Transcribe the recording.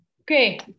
Okay